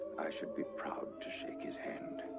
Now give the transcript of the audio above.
i should be proud to shake his hand.